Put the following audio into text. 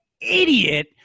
idiot